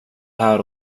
här